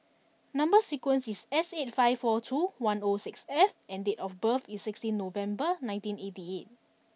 number sequence is S eighty five four two one O six F and date of birth is sixteen November nineteen eighty eight